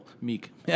Meek